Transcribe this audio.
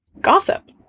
Gossip